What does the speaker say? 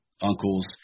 uncles